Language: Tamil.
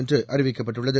என்றுஅறிவிக்கப்பட்டுள்ளது